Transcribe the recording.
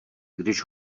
když